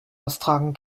austragen